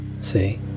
See